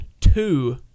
two